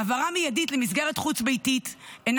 העברה מיידית למסגרת חוץ-ביתית אינה